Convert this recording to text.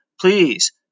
please